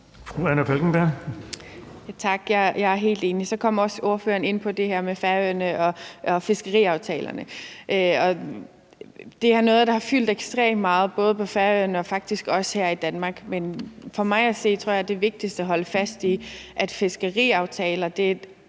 Anna Falkenberg (SP): Tak. Jeg er helt enig. Så kom ordføreren også ind på det her med Færøerne og fiskeriaftalerne. Det er noget, der har fyldt ekstremt meget, både på Færøerne og faktisk også her i Danmark, men for mig at se er det vigtigt at holde fast i, at fiskeriaftaler er et